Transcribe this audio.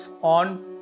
on